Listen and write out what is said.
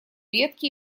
ветки